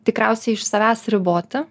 tikriausiai iš savęs riboti